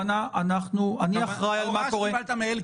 אני אחראי על מה שקורה --- מה שקיבלת מאלקין.